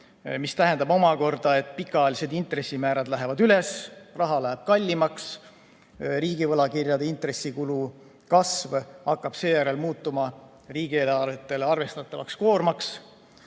See tähendab omakorda, et pikaajalised intressimäärad lähevad üles, raha läheb kallimaks, riigivõlakirjade intressikulu kasv hakkab seejärel muutuma riigieelarvetele arvestatavaks koormaks.